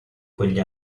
quegli